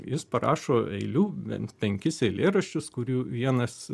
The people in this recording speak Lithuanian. jis parašo eilių bent penkis eilėraščius kurių vienas